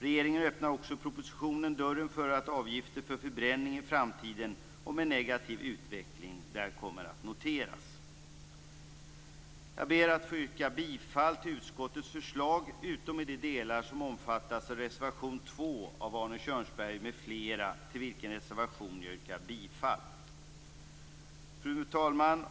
Regeringen öppnar också med propositionen dörren för avgifter för förbränning i framtiden, om en negativ utveckling kommer att noteras. Jag ber att få yrka bifall till utskottets förslag, utom i de delar som omfattas av reservation 2 av Fru talman!